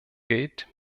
gilt